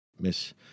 Miss